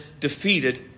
defeated